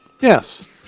Yes